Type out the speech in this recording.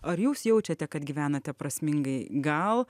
ar jūs jaučiate kad gyvenate prasmingai gal